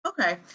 Okay